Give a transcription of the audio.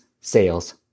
sales